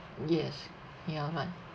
yes ya but